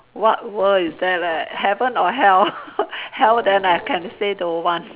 what world is that leh heaven or hell hell then I can say don't want